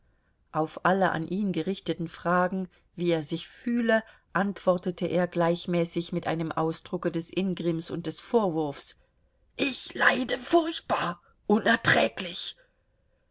auf alle an ihn gerichteten fragen wie er sich fühle antwortete er gleichmäßig mit einem ausdrucke des ingrimms und des vorwurfs ich leide furchtbar unerträglich